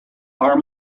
are